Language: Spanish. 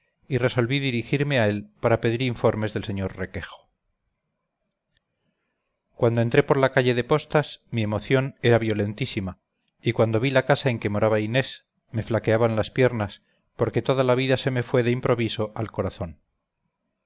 y resolví dirigirme a él para pedir informes del sr requejo cuando entré por la calle de postas mi emoción era violentísima y cuando vi la casa en que moraba inés me flaqueaban las piernas porque toda la vida se me fue de improviso al corazón